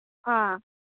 ꯑꯥ